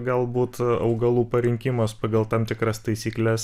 galbūt augalų parinkimas pagal tam tikras taisykles